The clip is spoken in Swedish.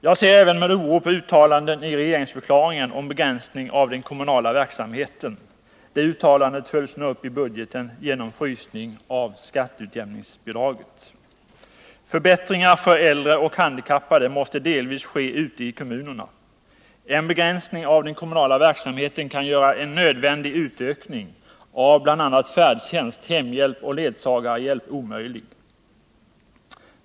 Jag ser även med oro på uttalanden i regeringsförklaringen om begränsning av den kommunala verksamheten. Dessa uttalanden följs nu upp i budgeten genom frysning av skatteutjämningsbidraget. Förbättringar för äldre handikappade måste delvis ske ute i kommunerna. En begränsning av den kommunala verksamheten kan göra en nödvändig utökning av bl.a. färdtjänst, hemhjälp och ledsagarhjälp omöjlig.